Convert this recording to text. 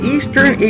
Eastern